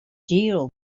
deal